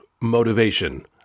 motivation